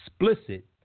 explicit